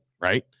right